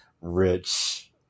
rich